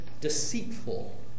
Deceitful